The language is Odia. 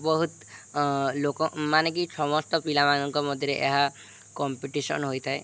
ବହୁତ ଲୋକମାନେ କି ସମସ୍ତ ପିଲାମାନଙ୍କ ମଧ୍ୟରେ ଏହା କମ୍ପିଟିସନ୍ ହୋଇଥାଏ